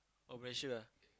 oh Malaysia ah